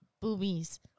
Boobies